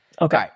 Okay